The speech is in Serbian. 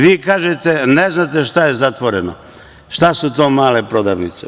Vi kažete – ne znate šta je zatvoreno, šta su to male prodavnice?